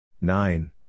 Nine